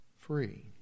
free